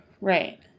right